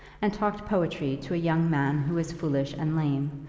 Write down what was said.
and talked poetry to a young man who was foolish and lame,